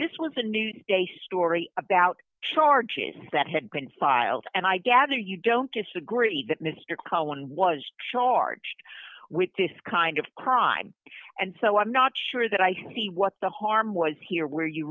this was a new day story about charges that had been filed and i gather you don't disagree that mr cullen was charged with this kind of crime and so i'm not sure that i see what the harm was here where you